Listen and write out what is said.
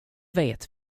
vet